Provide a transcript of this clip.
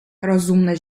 розумна